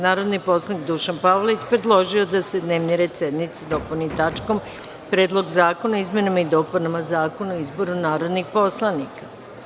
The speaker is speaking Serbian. Narodni poslanik Dušan Pavlović predložio je da se dnevni red sednice dopuni tačkom – Predlog zakona o izmenama i dopunama Zakona o izboru narodnih poslanika.